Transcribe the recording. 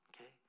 okay